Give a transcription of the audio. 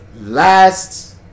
last